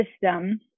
system